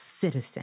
citizen